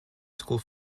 school